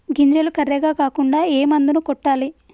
గింజలు కర్రెగ కాకుండా ఏ మందును కొట్టాలి?